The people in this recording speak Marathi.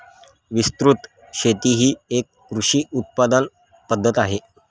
विस्तृत शेती ही एक कृषी उत्पादन पद्धत आहे